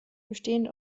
bestehend